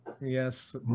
Yes